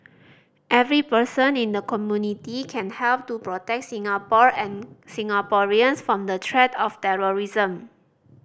every person in the community can help to protect Singapore and Singaporeans from the threat of terrorism